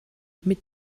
mit